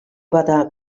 bada